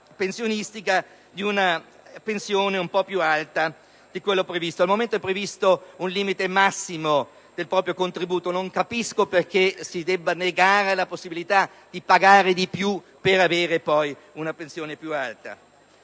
pensionistica di una pensione un po' più alta di quella prevista. Al momento infatti è stabilito un limite massimo del proprio contributo; non capisco perché si debba negare la possibilità di pagare di più per avere una pensione più alta.